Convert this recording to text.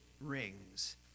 rings